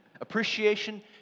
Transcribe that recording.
Appreciation